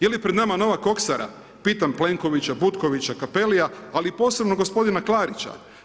Je li pred nama nova koksara pitam Plenkovića, Butkovića, Cappellia ali i posebno gospodina Klarića.